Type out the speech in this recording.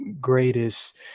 greatest